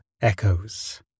echoes